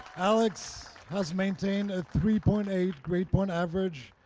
alex has maintained a three point eight grade point average,